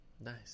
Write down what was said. Nice